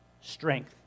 strength